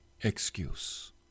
excuse